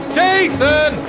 Jason